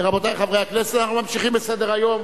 רבותי חברי הכנסת, אנחנו ממשיכים בסדר-היום.